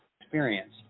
experience